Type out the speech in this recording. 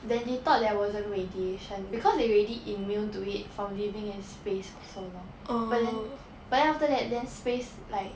then they thought there wasn't radiation because they already immune to it from living in space so long but then but then after that then space like